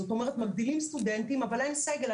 זאת אומרת, מגדילים סטודנטים אבל אין סגל.